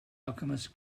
alchemist